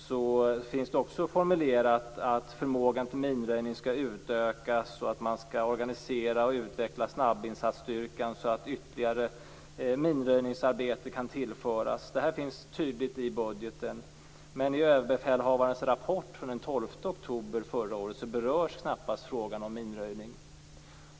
Där finns också formulerat att förmågan till minröjning skall utökas och att man skall organisera och utveckla snabbinsatsstyrkan så att ytterligare minröjningsarbete kan tillföras. Det finns tydligt redovisat i budgeten. Men i överbefälhavarens rapport från den 12 oktober förra året berörs knappast frågan om minröjning.